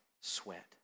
sweat